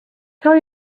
tell